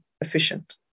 efficient